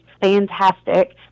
fantastic